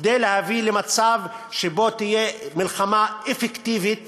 כדי להביא למצב שבו תהיה מלחמה אפקטיבית